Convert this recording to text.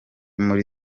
muri